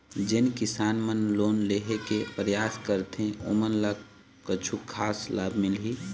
जोन किसान मन लोन लेहे के परयास करथें ओमन ला कछु खास लाभ मिलही?